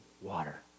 water